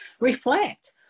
reflect